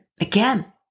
Again